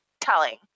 telling